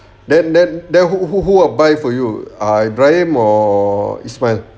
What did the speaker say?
then then then who who who will buy for you ah ibrahim ismail